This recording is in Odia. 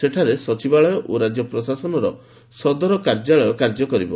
ସେଠାରେ ସଚିବାଳୟ ଓ ରାଜ୍ୟ ପ୍ରଶାସନର ସଦର କାର୍ଯ୍ୟାଳୟ କାର୍ଯ୍ୟ କରିବ